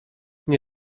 nie